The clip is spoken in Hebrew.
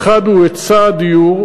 האחד הוא היצע הדיור,